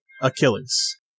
Achilles